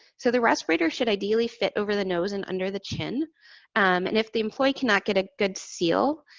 so, the respirators should ideally fit over the nose and under the chin, um and if the employee cannot get a good seal,